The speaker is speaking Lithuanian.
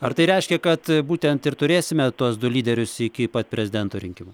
ar tai reiškia kad būtent ir turėsime tuos du lyderius iki pat prezidento rinkimų